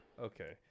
Okay